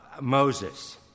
Moses